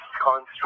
construct